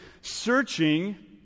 searching